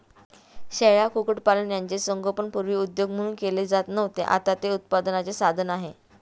शेळ्या, कुक्कुटपालन यांचे संगोपन पूर्वी उद्योग म्हणून केले जात नव्हते, आता ते उत्पन्नाचे साधन आहे